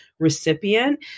recipient